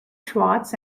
schwartz